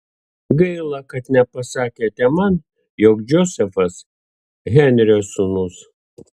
gaila kad nepasakėte man jog džozefas henrio sūnus